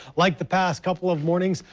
like the past couple of mornings,